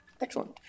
Excellent